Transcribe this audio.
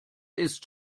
ist